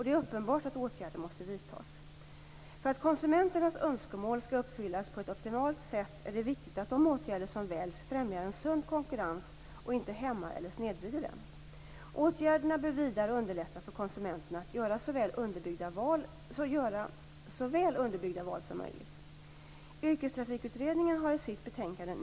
Det är uppenbart att åtgärder måste vidtas. För att konsumenternas önskemål skall uppfyllas på ett optimalt sätt är det viktigt att de åtgärder som väljs främjar en sund konkurrens och inte hämmar eller snedvrider den. Åtgärderna bör vidare underlätta för konsumenterna att göra så väl underbyggda val som möjligt.